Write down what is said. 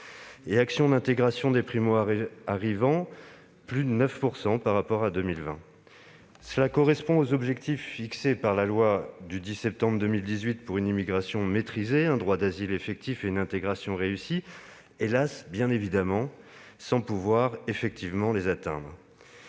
11, Actions d'intégration des primo-arrivants, en hausse de 9 % par rapport à 2020. Cela correspond aux objectifs fixés par la loi du 10 septembre 2018 pour une immigration maîtrisée, un droit d'asile effectif et une intégration réussie. Hélas, ce budget ne permet pas de les atteindre.